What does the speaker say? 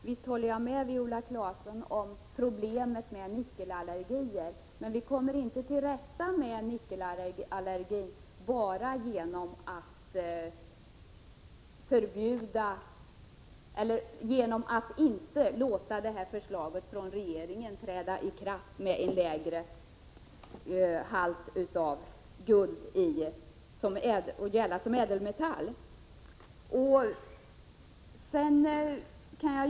Visst håller jag med Viola Claesson om problemet med nickelallergier, men vi kommer inte till rätta med nickelallergierna bara genom att inte låta förslaget från regeringen om att låta föremål med lägre halt av guld gälla som ädelmetall träda i kraft.